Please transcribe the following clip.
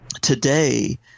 today –